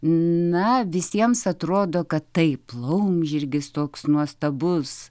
na visiems atrodo kad taip laumžirgis toks nuostabus